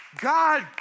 God